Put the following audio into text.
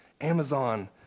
Amazon